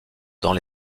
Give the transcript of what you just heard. dans